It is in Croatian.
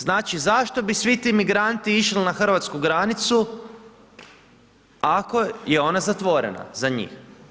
Znači, zašto bi svi ti migranti išli na hrvatsku granicu, ako je ona zatvorena za njih.